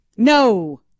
No